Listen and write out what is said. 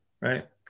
right